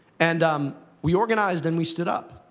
and um we organized, and we stood up.